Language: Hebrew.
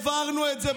העברנו את זה.